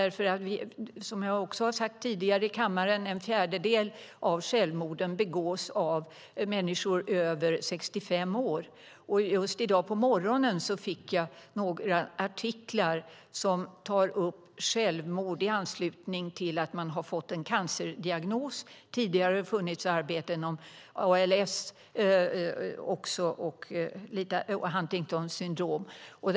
Som jag också har sagt tidigare i kammaren är begås en fjärdedel av självmorden av människor över 65 år. Just i dag på morgonen fick jag några artiklar som tar upp självmord i anslutning till att man har fått en cancerdiagnos. Tidigare har det funnits arbeten om ALS och Huntingtons sjukdom.